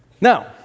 Now